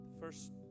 First